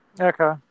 Okay